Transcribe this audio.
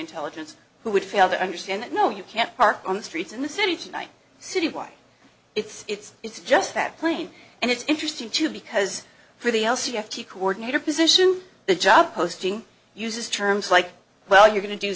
intelligence who would fail to understand that no you can't park on the streets in the city tonight citywide it's it's it's just that plain and it's interesting too because for the l c f t coordinator position the job posting uses terms like well you're going to do